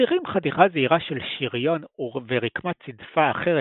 מחדירים חתיכה זעירה של שריון ורקמת צדפה אחרת